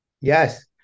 Yes